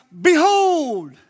behold